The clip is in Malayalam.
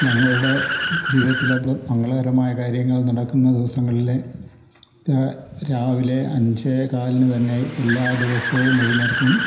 ഞങ്ങളുടെ ജീവിതത്തിലെ മംഗളകരമായ കാര്യങ്ങൾ നടക്കുന്ന ദിവസങ്ങളിലെ രാവിലെ അഞ്ചേ കാലിന് തന്നെ എല്ലാ ദിവസവും എഴുന്നേൽക്കും